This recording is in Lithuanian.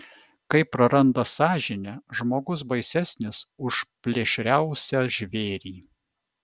kai praranda sąžinę žmogus baisesnis už plėšriausią žvėrį